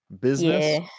business